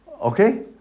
Okay